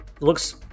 Looks